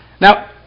Now